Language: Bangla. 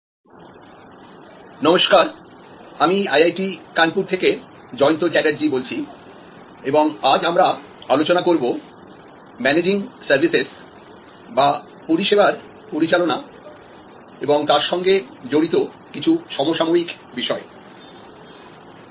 নমস্কার আমি আইআইটি কানপুর থেকে জয়ন্ত চ্যাটার্জি বলছি এবং আজ আমরা আলোচনা করব ম্যানেজিং সার্ভিসেস এবং তার সঙ্গে জড়িত কিছু সমসাময়িক বিষয়